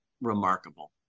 remarkable